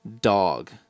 Dog